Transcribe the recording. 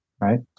right